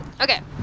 Okay